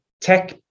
tech